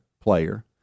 player